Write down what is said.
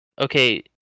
okay